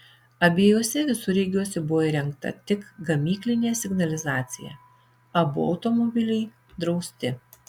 abiejuose visureigiuose buvo įrengta tik gamyklinė signalizacija abu automobiliai drausti